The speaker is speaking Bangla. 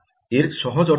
এর সহজ অর্থ কী